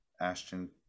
Ashton